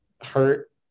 hurt